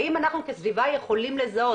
האם אנחנו כסביבה יכולים לזהות?